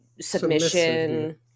submission